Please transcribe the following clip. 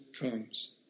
comes